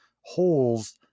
holes